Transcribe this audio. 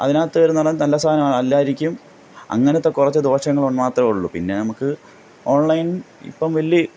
അതിനകത്ത് വരുമെന്നു പറഞ്ഞാൽ നല്ല സാധനം അല്ലായിരിക്കും അങ്ങനത്തെ കുറച്ച് ദോഷങ്ങൾ മാത്രമേ ഉള്ളു പിന്നെ നമുക്ക് ഓൺലൈൻ ഇപ്പം വലിയ